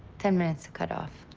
ten minutes to cut off.